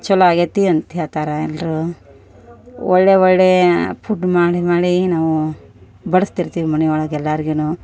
ಚಲೋ ಆಗ್ಯೈತಿ ಅಂತ ಹೇಳ್ತಾರ ಎಲ್ಲರೂ ಒಳ್ಳೆಯ ಒಳ್ಳೆಯ ಫುಡ್ ಮಾಡಿ ಮಾಡಿ ಏನೊ ಬಡ್ಸ್ತಿರ್ತಿವಿ ಮನಿಯೊಳ್ಗ ಎಲ್ಲಾರಿಗುನು